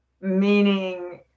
meaning